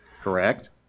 Correct